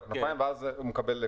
הנושא: